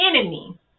enemy